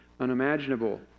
unimaginable